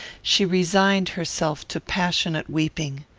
she resigned herself to passionate weeping.